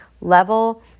level